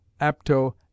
apto